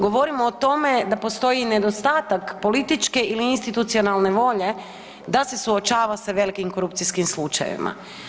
Govorimo o tome da postoji i nedostatak političke ili institucionalne volje da se suočava sa velikim korupcijskim slučajevima.